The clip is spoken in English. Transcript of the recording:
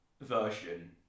version